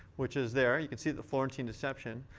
which is there. you can see the florentine deception.